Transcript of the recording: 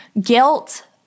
guilt